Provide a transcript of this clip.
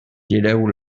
gireu